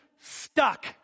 stuck